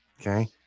okay